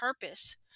purpose